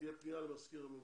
שתהיה פנייה למזכיר הממשלה.